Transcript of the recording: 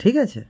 ঠিক আছে